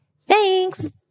thanks